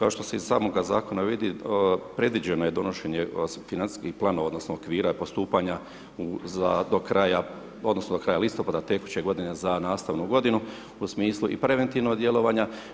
Kao što se iz samoga zakona vidi, predviđeno je donošenje financijskih planova, odnosno, okvira postupanja za do kraja, odnosno, do kraja listopada tekuće godine, za nastavnu godinu, u smislu i preventivnog djelovanja.